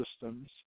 systems